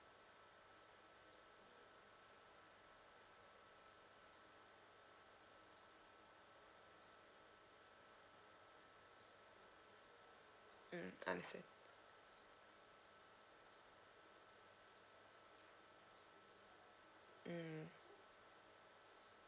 mm understand mm